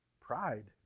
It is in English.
Pride